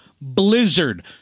Blizzard